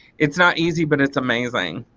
it's not easy but it's amazing.